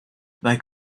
they